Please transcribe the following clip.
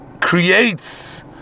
creates